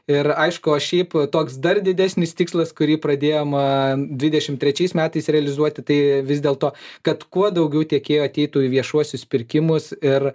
ir aišku o šiaip toks dar didesnis tikslas kurį pradėjom dvidešim trečiais metais realizuoti tai vis dėl to kad kuo daugiau tiekėjų ateitų į viešuosius pirkimus ir